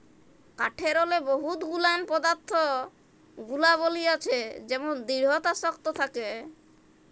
কাঠেরলে বহুত গুলান পদাথ্থ গুলাবলী আছে যেমল দিঢ়তা শক্ত থ্যাকে